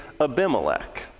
Abimelech